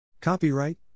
Copyright